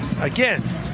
again